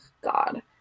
god